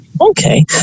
Okay